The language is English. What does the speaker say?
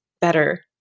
better